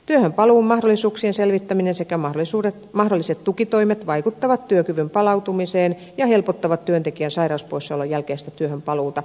työhönpaluun mahdollisuuksien selvittäminen sekä mahdolliset tukitoimet vaikuttavat työkyvyn palautumiseen ja helpottavat työntekijän sairauspoissaolon jälkeistä työhönpaluuta